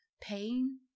pain